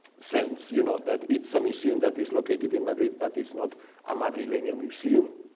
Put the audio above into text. sense, you know that it's a museum that is located in madrid, but it's not a madrileno museum,